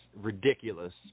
ridiculous